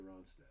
Ronstadt